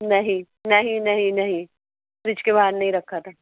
نہیں نہیں نہیں نہیں فریج کے باہر نہیں رکھا تھا